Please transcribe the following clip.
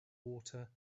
water